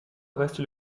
reste